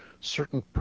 certain